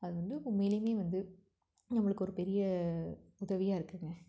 அது வந்து உண்மையிலுமே வந்து நம்மளுக்கு ஒரு பெரிய உதவியாக இருக்குதுங்க